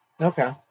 Okay